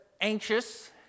anxious